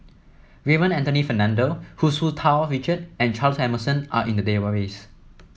Raymond Anthony Fernando Hu Tsu Tau Richard and Charles Emmerson are in the database